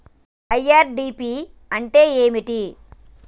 IRDP అంటే ఏమిటి?